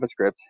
JavaScript